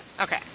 Okay